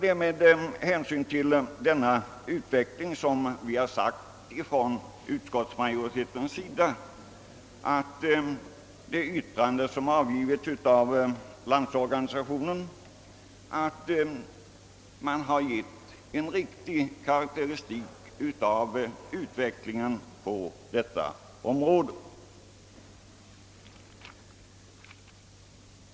Det är mot bakgrund av denna utveckling som vi inom utskottsmajoriteten uttalat att LO:s ytrande ger en riktig karakteristik av utvecklingen på området.